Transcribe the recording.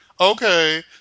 Okay